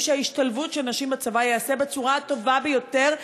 שההשתלבות של נשים בצבא תיעשה בצורה הטובה ביותר,